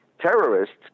terrorists